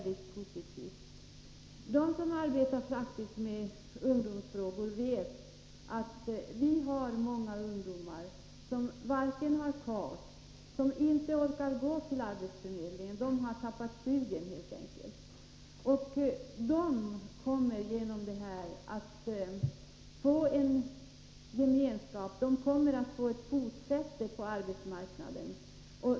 De som arbetar praktiskt med ungdomsfrågor vet att vi har många ungdomar som varken har KAS eller orkar gå till arbetsförmedlingen — de har tappat sugen, helt enkelt - men som genom detta förslag kommer att få en gemenskap och ett fotfäste på arbetsmarknaden.